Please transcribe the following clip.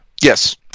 yes